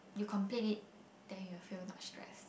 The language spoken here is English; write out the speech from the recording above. you complete it then you feel not stress